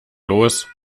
los